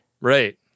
Right